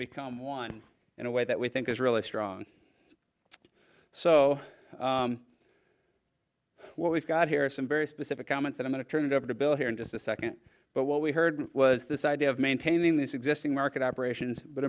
become wine in a way that we think is really strong so what we've got here are some very specific comments i'm going to turn it over to bill here in just a second but what we heard was this idea of maintaining this existing market operations but